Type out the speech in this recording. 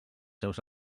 seus